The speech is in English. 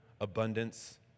abundance